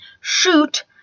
shoot